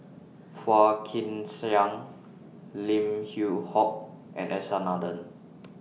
Phua Kin Siang Lim Yew Hock and S R Nathan